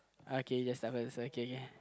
okay just start first okay can